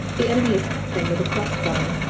the enemy attacked them with a cross-fire.